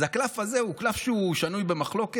אז הקלף הזה הוא קלף שהוא שנוי במחלוקת.